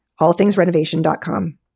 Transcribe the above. allthingsrenovation.com